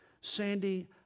Sandy